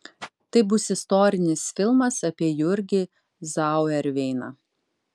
tai bus istorinis filmas apie jurgį zauerveiną